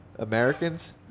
Americans